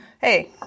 Hey